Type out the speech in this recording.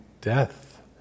death